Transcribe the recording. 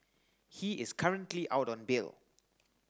he is currently out on bail